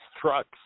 trucks